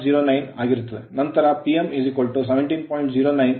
09 ಆಗಿರುತ್ತದೆ ನಂತರ Pm17